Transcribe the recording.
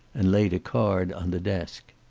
and laid a card on the desk.